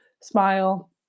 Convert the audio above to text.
smile